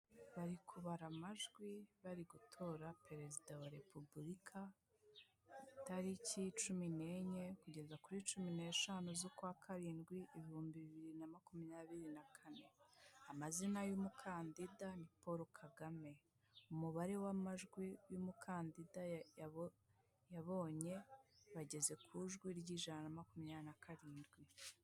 Bari kubara amajwi bari gutora Perezida wa Repubulika, tariki cumi n'enye kugeza kuri cumi n'eshanu z'ukwa karindwi ibihumbi bibiri na makumyabiri na kane, amazina y'umukandida ni Paul Kagame umubare w'amajwi y'umukandida yabonye bageze ku ijwi ry'ijana na makumyabiri na karindwi.